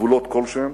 בגבולות כלשהם,